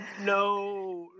No